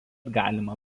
galima